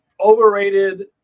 overrated